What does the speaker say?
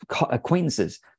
acquaintances